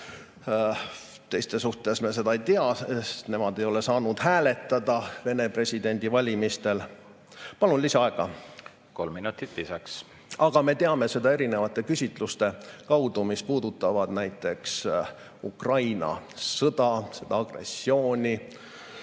Teiste suhtes me seda ei tea, sest nemad ei ole saanud hääletada Venemaa presidendi valimistel. Palun lisaaega. Kolm minutit lisaks. Kolm minutit lisaks. Aga me teame seda erinevate küsitluste kaudu, mis puudutavad näiteks Ukraina sõda, seda agressiooni,